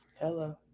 Hello